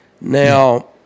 Now